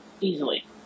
easily